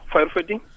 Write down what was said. Firefighting